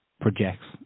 projects